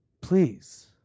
Please